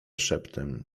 szeptem